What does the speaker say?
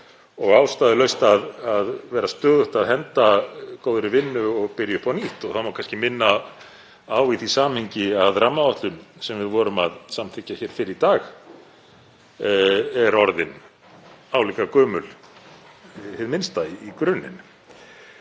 er ástæðulaust að vera stöðugt að henda góðri vinnu og byrja upp á nýtt. Það má kannski minna á í því samhengi að rammaáætlun, sem við vorum að samþykkja hér fyrr í dag, er orðin álíka gömul, hið minnsta, í grunninn.